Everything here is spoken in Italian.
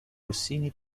rossini